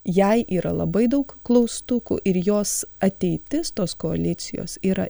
jei yra labai daug klaustukų ir jos ateitis tos koalicijos yra